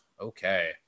Okay